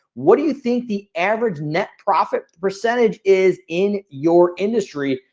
what do you think the average net profit percentage is in your industry?